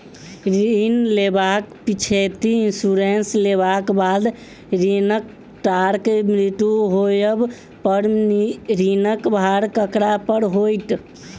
ऋण लेबाक पिछैती इन्सुरेंस लेबाक बाद ऋणकर्ताक मृत्यु होबय पर ऋणक भार ककरा पर होइत?